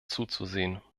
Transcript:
zuzusehen